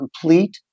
complete